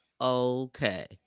okay